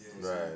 Right